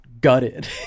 gutted